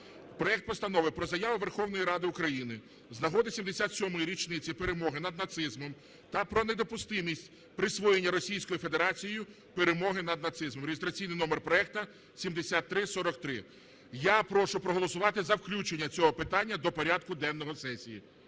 Проект Постанови про Заяву Верховної Ради України "З нагоди 77-ї річниці перемоги над нацизмом та про неприпустимість присвоєння Російською Федерацією перемоги над нацизмом"(реєстраційний номер проекту 7343). Я прошу проголосувати за включення цього питання до порядку денного сесії.